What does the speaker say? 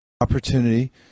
opportunity